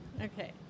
Okay